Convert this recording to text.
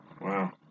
Wow